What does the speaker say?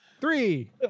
three